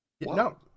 No